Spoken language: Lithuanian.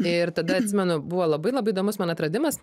ir tada atsimenu buvo labai labai įdomus man atradimas